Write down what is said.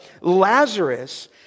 Lazarus